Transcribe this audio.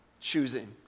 choosing